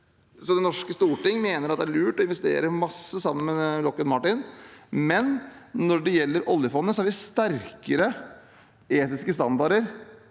Det norske storting mener at det er lurt å investere masse sammen med Lockheed Martin, men når det gjelder oljefondet, har vi sterkere etiske standarder